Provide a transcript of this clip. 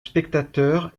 spectateurs